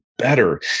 better